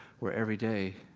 where every day,